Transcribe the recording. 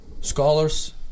scholars